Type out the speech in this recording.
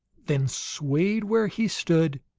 then swayed where he stood,